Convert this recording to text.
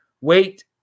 wait